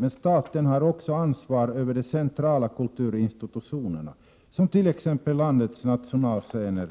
Men staten har också ansvar för de centrala kulturinstitutionerna som t.ex. landets nationalscener,